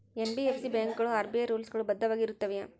NBFC ಬ್ಯಾಂಕುಗಳು RBI rules ಗಳು ಬದ್ಧವಾಗಿ ಇರುತ್ತವೆಯ?